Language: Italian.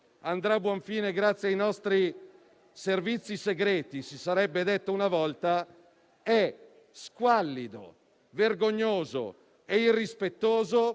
fare confusione in un giorno come questo è semplicemente sbagliato.